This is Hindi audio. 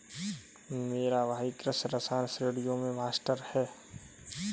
मेरा भाई कृषि रसायन श्रेणियों में मास्टर है